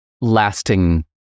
Lasting